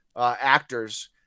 actors